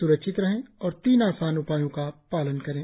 स्रक्षित रहें और तीन आसान उपायों का पालन करें